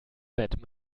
bett